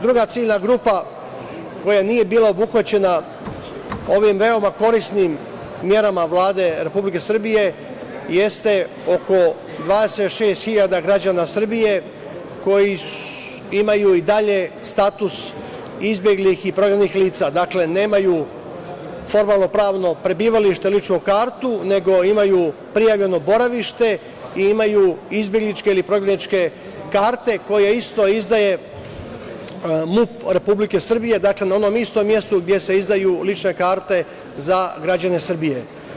Druga ciljna grupa koja nije bila obuhvaćena ovim veoma korisnim merama Vlade Republike Srbije jeste oko 26.000 građana Srbije koji imaju i dalje status izbeglih i prognanih lica, dakle nemaju formalnopravno prebivalište, ličnu kartu, nego imaju prijavljeno boravište i imaju izbegličke ili prognaničke karte koje isto izdaje MUP Republike Srbije na onom istom mestu gde se izdaju lične karte za građane Srbije.